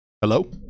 Hello